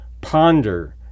ponder